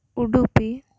Udupi